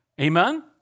Amen